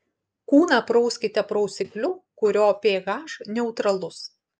kūną prauskite prausikliu kurio ph neutralus